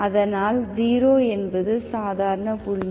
அதனால் 0 என்பது சாதாரண புள்ளி